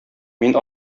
мин